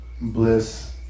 bliss